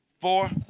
Four